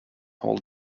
hal